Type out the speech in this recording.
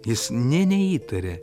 jis nė neįtarė